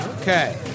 Okay